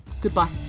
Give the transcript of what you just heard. goodbye